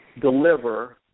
deliver